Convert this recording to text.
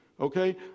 Okay